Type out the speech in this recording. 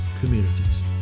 communities